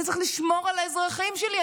אני צריך לשמור על האזרחים שלי.